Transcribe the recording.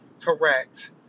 correct